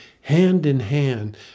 hand-in-hand